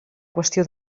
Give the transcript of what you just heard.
qüestió